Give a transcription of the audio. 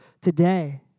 today